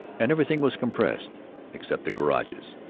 and everything was compressed except the garages.